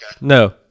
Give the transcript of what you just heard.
No